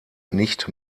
nicht